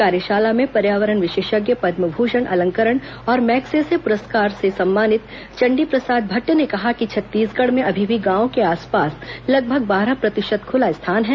कार्यशाला में पर्यावरण विशेषज्ञ पद्मभूषण अलंकरण और मैगसेसे पुरस्कार से सम्मानित चण्डीप्रसाद भट्ट ने कहा कि छत्तीसगढ़ में अभी भी गांवों के आस पास लगभग बारह प्रतिशत खुला स्थान है